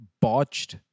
botched